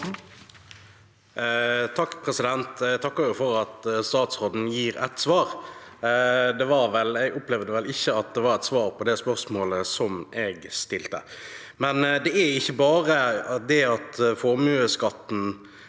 (FrP) Jeg takker for at statsråden gir et svar, men jeg opplevde vel ikke at det var svar på det spørsmålet jeg stilte. Det er ikke bare det at formuesskatten